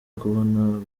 kubona